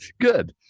Good